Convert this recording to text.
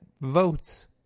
votes